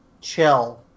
chill